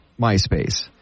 MySpace